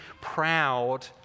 proud